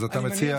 אז אתה מציע,